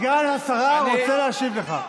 די, סגן השרה רוצה להשיב לך.